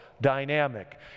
dynamic